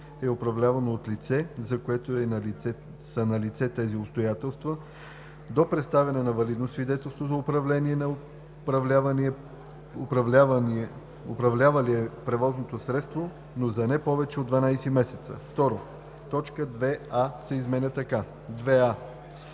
е управлявано от лице, за което са налице тези обстоятелства - до представяне на валидно свидетелство за управление на управлявалия превозното средство, но за не повече от 12 месеца.“ 2. Точка 2а се изменя така: